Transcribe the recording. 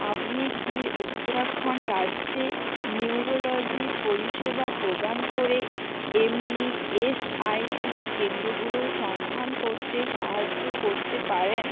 আপনি কি উত্তরাখণ্ড রাজ্যে নিউরোলজি পরিষেবা প্রদান করে এমনি এসআইসি কেন্দ্রগুলো সন্ধান করতে সাহায্য করতে পারেন